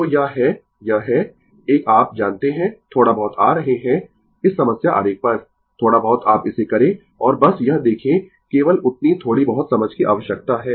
तो यह है यह है एक आप जानते है थोड़ा बहुत आ रहे है इस समस्या आरेख पर थोड़ा बहुत आप इसे करें और बस यह देखें केवल उतनी थोड़ी बहुत समझ की आवश्यकता है